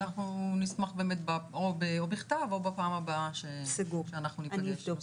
אנחנו נשמח באמת או בכתב או בפעם הבאה שאנחנו ניפגש.